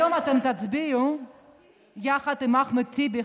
היום אתם תצביעו יחד עם אחמד טיבי,